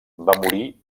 morir